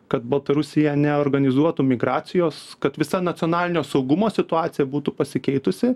kad baltarusija neorganizuotų migracijos kad visa nacionalinio saugumo situacija būtų pasikeitusi